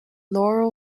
laurel